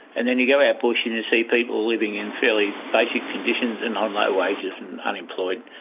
and then you go out bush and you see people living in fairly basic conditions and on low wages and unemployed.